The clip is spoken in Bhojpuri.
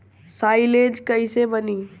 साईलेज कईसे बनी?